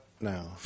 now